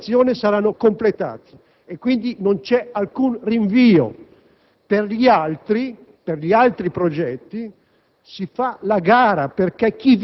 I progetti in corso di realizzazione saranno completati; quindi, non c'è alcun rinvio. Per gli altri progetti,